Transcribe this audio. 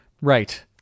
right